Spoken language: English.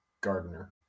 gardener